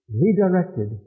redirected